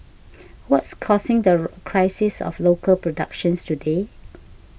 what's causing the crisis of local productions today